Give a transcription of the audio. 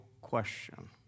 question